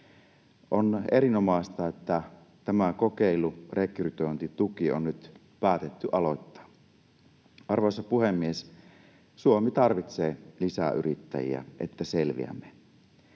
On erinomaista, että tämä kokeilu rekrytointituesta on nyt päätetty aloittaa. Arvoisa puhemies! Suomi tarvitsee lisää yrittäjiä, että selviämme.